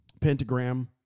pentagram